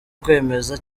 kwemeza